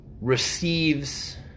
receives